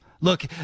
look